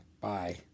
Bye